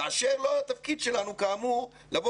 כאשר לא התפקיד שלנו להגיד